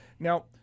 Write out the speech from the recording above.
Now